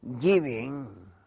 giving